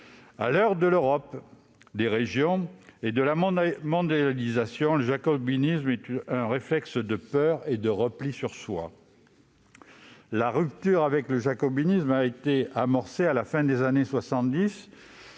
À l'heure de l'Europe des régions et de la mondialisation, le jacobinisme est un réflexe de peur et de repli sur soi. La rupture avec ce jacobinisme a été amorcée à la fin des années 1970,